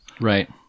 right